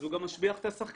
אז הוא גם משביח את השחקן.